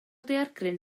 daeargryn